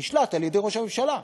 נשלט על-ידי ראש הממשלה,